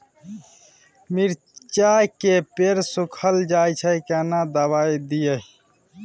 मिर्चाय के पेड़ सुखल जाय छै केना दवाई दियै?